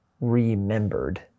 remembered